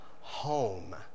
home